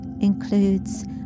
includes